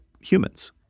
humans